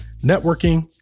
networking